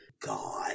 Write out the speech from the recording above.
God